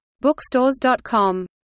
Bookstores.com